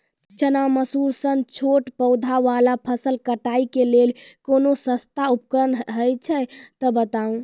चना, मसूर सन छोट पौधा वाला फसल कटाई के लेल कूनू सस्ता उपकरण हे छै तऽ बताऊ?